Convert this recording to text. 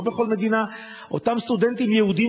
לא בכל מדינה יש אותם סטודנטים יהודים